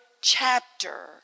chapter